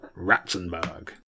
Ratzenberg